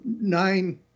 nine